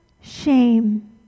shame